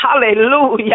hallelujah